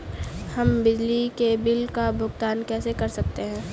हम बिजली के बिल का भुगतान कैसे कर सकते हैं?